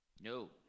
No